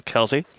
Kelsey